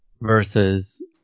versus